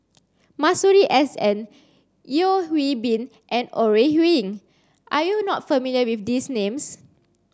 Masuri S N Yeo Hwee Bin and Ore Huiying are you not familiar with these names